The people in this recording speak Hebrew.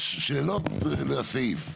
יש שאלות על הסעיף.